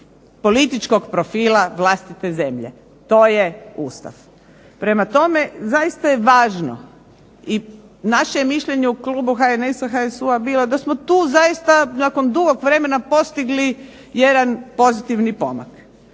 političkog profila vlastite zemlje, to je Ustav. Prema tome, zaista je važno i naše je mišljenje u Klubu HNS-a HSU-a da smo tu zaista nakon dugog vremena postigli jedan pozitivni pomak,